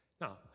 Now